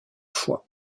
fois